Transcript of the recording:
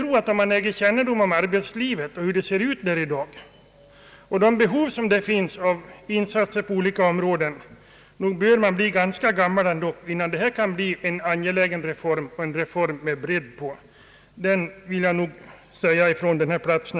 Om man äger kännedom om arbetslivet, hur det ser ut i dag och om de behov som där finns av insatser på olika områden, då är jag klar över att man bör bli ganska gammal innan frågan om ett sabbatsår kan bli en angelägen reform och en reform med bredd. Det vill jag ändå säga från denna plats.